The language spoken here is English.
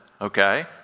okay